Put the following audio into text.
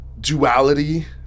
duality